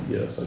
Yes